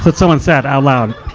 but someone said out loud.